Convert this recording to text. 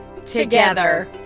together